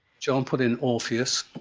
jon put in orpheus.